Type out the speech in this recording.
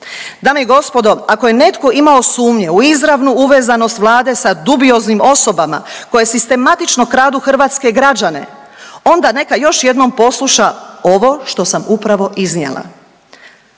Dame i gospodo ako je netko imao sumnje u izravnu uvezanost vlade sa dubioznim osobama koje sistematično kradu hrvatske građane onda neka još jednom posluša ovo što sam upravo iznijela.